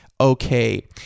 okay